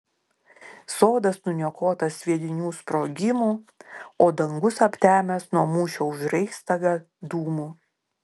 sodas nuniokotas sviedinių sprogimų o dangus aptemęs nuo mūšio už reichstagą dūmų